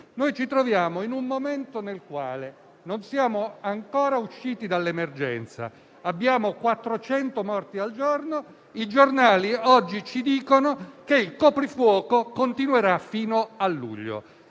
Ci troviamo in un momento nel quale non siamo ancora usciti dall'emergenza, abbiamo 400 morti al giorno, i giornali oggi ci dicono che il coprifuoco continuerà fino a luglio.